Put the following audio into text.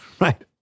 right